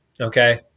okay